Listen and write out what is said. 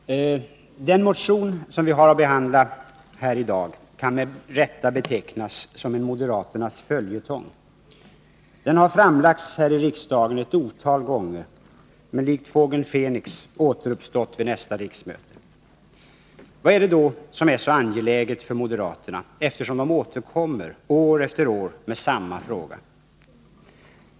Herr talman! Den motion som vi har att behandla här i dag kan med rätta betecknas som en moderaternas följetong. Den har framlagts och avslagits här i riksdagen ett otal gånger men likt Fågel Fenix återuppstått vid nästa riksmöte. Vad är det då som är så angeläget för moderaterna, eftersom de återkommer år efter år med samma fråga?